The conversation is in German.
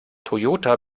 toyota